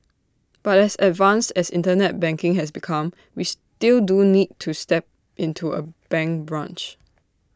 but as advanced as Internet banking has become we still do need to step into A bank branch